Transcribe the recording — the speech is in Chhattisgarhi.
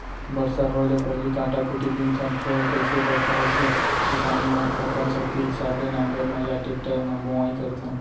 बरसा होए ले पहिली कांटा खूंटी बिनथन फेर जइसे बरसा होथे किसान मनअपन सक्ति हिसाब ले नांगर म या टेक्टर म बोआइ करथन